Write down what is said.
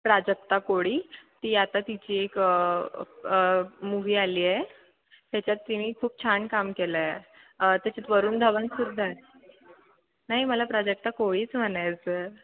प्राजक्ता कोळी ती आता तिची एक मूव्ही आली आहे त्याच्यात तिने खूप छान काम केलं आहे त्याच्यात वरुण धवन सुद्धा आहे नाही मला प्राजक्ता कोळीच म्हणायचं आहे